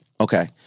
okay